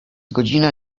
godzina